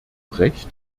recht